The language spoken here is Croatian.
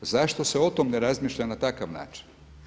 Zašto se o tome ne razmišlja na takav način?